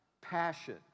passion